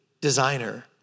designer